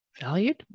valued